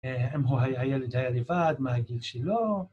אם הילד היה לבד מהגיל שלו